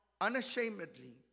unashamedly